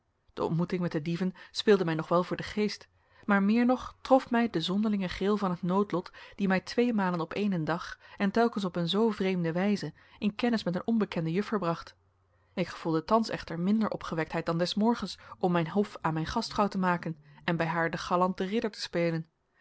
de ontmoeting met de dieven speelde mij nog wel voor den geest maar meer nog trof mij de zonderlinge gril van het noodlot die mij tweemalen op eenen dag en telkens op een zoo vreemde wijze in kennis met een onbekende juffer bracht ik gevoelde thans echter minder opgewektheid dan des morgens om mijn hof aan mijn gastvrouw te maken en bij haar den galanten ridder te spelen